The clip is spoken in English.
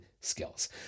skills